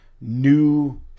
new